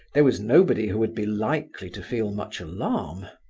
there was nobody who would be likely to feel much alarm.